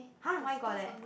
!huh! mine got leh